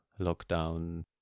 lockdown